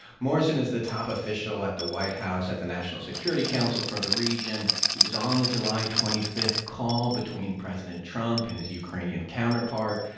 morrison is the top official at the white house at the national security council for the region. he was on the july twenty five call between president trump and his ukrainian counterpart.